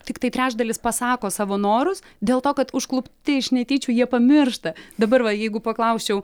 tiktai trečdalis pasako savo norus dėl to kad užklupti iš netyčių jie pamiršta dabar va jeigu paklausčiau